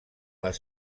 les